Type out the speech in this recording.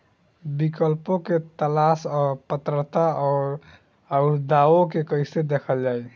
विकल्पों के तलाश और पात्रता और अउरदावों के कइसे देखल जाइ?